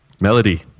Melody